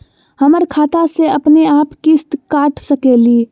हमर खाता से अपनेआप किस्त काट सकेली?